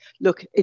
Look